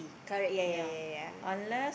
correct ya ya ya ya ya